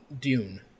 Dune